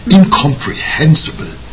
incomprehensible